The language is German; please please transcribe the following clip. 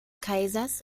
kaisers